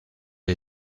est